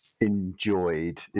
enjoyed